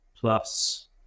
plus